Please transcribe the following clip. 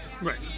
Right